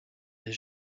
des